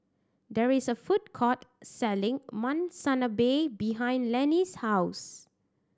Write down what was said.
there is a food court selling Monsunabe behind Lennie's house